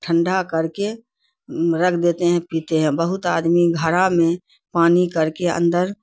ٹھنڈا کر کے رکھ دیتے ہیں پیتے ہیں بہت آدمی گھڑا میں پانی کر کے اندر